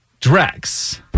Drex